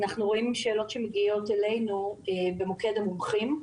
אנחנו רואים שאלות שמגיעות אלינו במוקד המומחים.